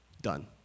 Done